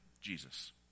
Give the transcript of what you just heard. Jesus